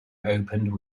opened